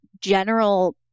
general